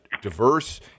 diverse